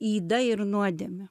yda ir nuodėmė